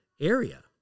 area